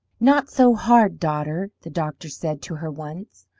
not so hard, daughter, the doctor said to her once.